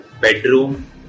bedroom